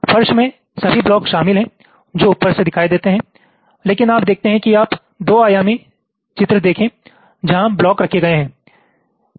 फर्श में सभी ब्लॉक शामिल हैं जो ऊपर से दिखाई देते हैं लेकिन आप देखते हैं कि आप 2 आयामी चित्र देखें जहां ब्लॉक रखे गए हैं